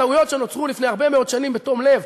טעויות שנוצרו לפני הרבה מאוד שנים בתום לב,